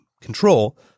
control